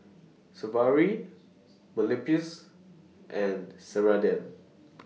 Sigvaris Mepilex and Ceradan